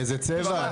באיזה צבע?